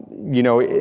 you know,